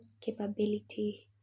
capability